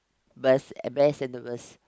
bes~ best and the worst